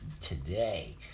today